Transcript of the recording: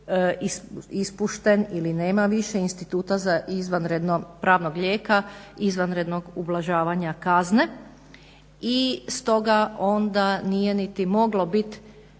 ispušten ili nema više instituta izvanrednog pravnog lijeka, izvanrednog ublažavanja kazne. I stoga onda niti nije moglo bit